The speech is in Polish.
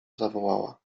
zawołała